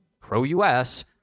pro-U.S